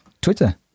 Twitter